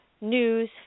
news